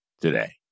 today